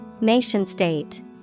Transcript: Nation-state